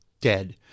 dead